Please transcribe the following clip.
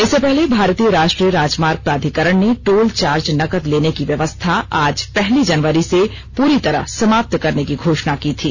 इससे पहले भारतीय राष्ट्रीय राजमार्ग प्राधिकरण ने टोल चार्ज नकद लेने की व्यवस्था आज पहली जनवरी से पूरी तरह समाप्त करने की घोषणा की थी